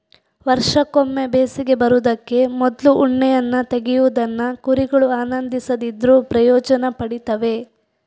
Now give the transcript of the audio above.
ವರ್ಷಕ್ಕೊಮ್ಮೆ ಬೇಸಿಗೆ ಬರುದಕ್ಕೆ ಮೊದ್ಲು ಉಣ್ಣೆಯನ್ನ ತೆಗೆಯುವುದನ್ನ ಕುರಿಗಳು ಆನಂದಿಸದಿದ್ರೂ ಪ್ರಯೋಜನ ಪಡೀತವೆ